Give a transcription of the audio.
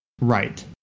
Right